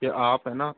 कि आप है न